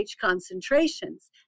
concentrations